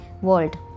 world